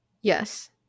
Yes